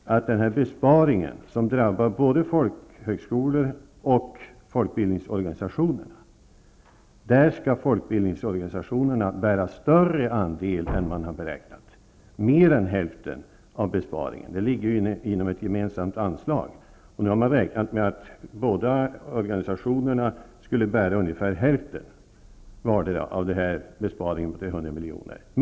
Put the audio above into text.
Besparingen drabbar både folkhögskolorna och folkbildningsorganisationerna. Menar statsrådet att folkbildningsorganisationerna skall bära en större andel än vad man har beräknat, nämligen mer än hälften av besparingen? Det är ju ett gemensamt anslag. Man har räknat med att vardera organisationen skall bära ungefär hälften av besparingen på 300 milj.kr.